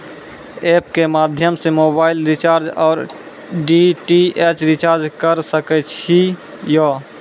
App के माध्यम से मोबाइल रिचार्ज ओर डी.टी.एच रिचार्ज करऽ सके छी यो?